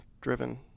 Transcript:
driven